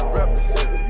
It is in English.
represent